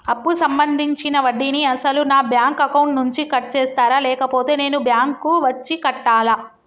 అప్పు సంబంధించిన వడ్డీని అసలు నా బ్యాంక్ అకౌంట్ నుంచి కట్ చేస్తారా లేకపోతే నేను బ్యాంకు వచ్చి కట్టాలా?